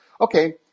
okay